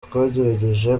twagerageje